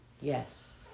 Yes